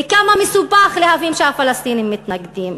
וכמה מסובך להבין שהפלסטינים מתנגדים?